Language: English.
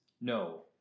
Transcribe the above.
No